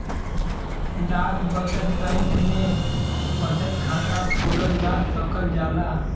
डाक बचत बैंक में बचत खाता खोलल जा सकल जाला